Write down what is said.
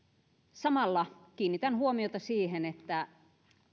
samalla kiinnitän huomiota siihen että